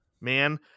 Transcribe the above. man